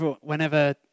whenever